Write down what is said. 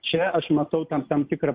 čia aš matau tam tam tikrą